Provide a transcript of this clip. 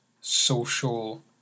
social